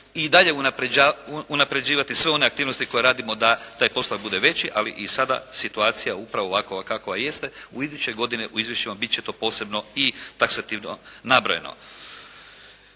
i dalje unapređivati sve one aktivnosti koje radimo da taj postotak bude veći, ali i sada situacija, upravo ovakva kakva jeste, u idućoj godini u izvješćima bit će to posebno i taksativno nabrojano.